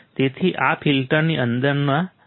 તેથી આ ફિલ્ટરની અંદરના રીજીયનો છે